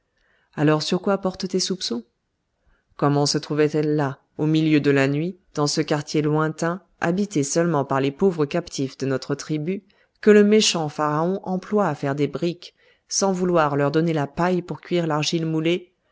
alors sur quoi portent tes soupçons comment se trouvait-elle là au milieu de la nuit dans ce quartier lointain habité seulement par les pauvres captifs de notre tribu que le méchant pharaon emploie à faire des briques sans vouloir leur donner la paille pour cuire l'argile moulée